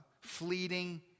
fleeting